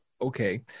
Okay